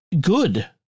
good